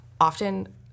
Often